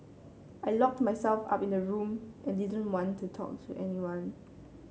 I locked myself up in the room and didn't want to talk to anyone